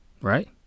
right